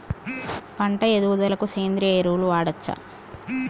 పంట ఎదుగుదలకి సేంద్రీయ ఎరువులు వాడచ్చా?